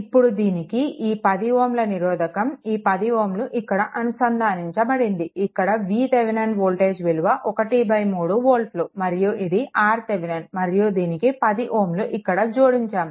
ఇప్పుడు దీనికి ఈ 10 Ω నిరోధకం ఈ 10 Ω ఇక్కడ అనుసంధానించబడింది ఇక్కడ VThevenin వోల్టేజ్ విలువ 13 వోల్ట్లు మరియు ఇది RThevenin మరియు దీనికి 10 Ω ఇక్కడ జోడించాము